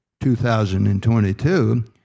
2022